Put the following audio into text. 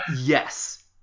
Yes